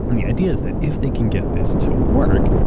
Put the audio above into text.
and the idea is that if they can get this to work,